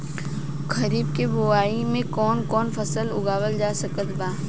खरीब के बोआई मे कौन कौन फसल उगावाल जा सकत बा?